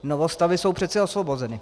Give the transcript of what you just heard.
Novostavby jsou přece osvobozeny.